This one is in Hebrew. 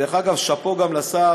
דרך אגב, שאפו גם לשר.